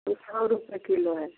ये सौ रुपये किलो है